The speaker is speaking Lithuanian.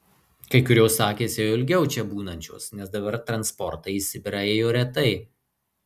kai kurios sakėsi jau ilgiau čia būnančios nes dabar transportai į sibirą ėjo retai